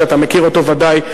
שאתה מכיר אותו ודאי,